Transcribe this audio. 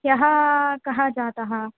ह्यः कः जातः